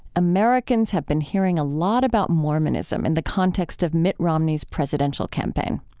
americans have been hearing a lot about mormonism in the context of mitt romney's presidential campaign.